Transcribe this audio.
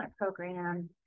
program